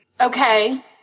Okay